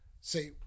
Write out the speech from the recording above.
say